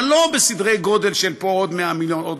אבל לא בסדרי גודל של פה עוד 100 מיליון,